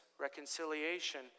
reconciliation